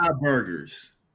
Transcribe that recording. burgers